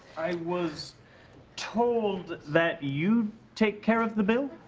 i was told that you'd take care of the bill